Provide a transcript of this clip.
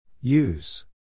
use